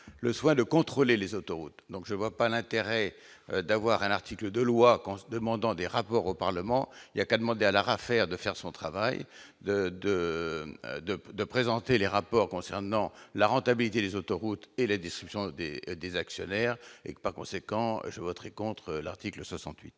le soin de contrôler les autoroutes, donc je vois pas l'intérêt d'avoir un article de loi qu'en se demandant des rapports au Parlement il y a qu'à demander à l'Arafer de faire son travail de, de, de, de présenter les rapports concernant la rentabilité des autoroutes et les destructions des des actionnaires et, par conséquent, je voterai contre l'article 68.